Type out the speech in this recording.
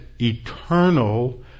eternal